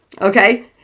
okay